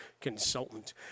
consultant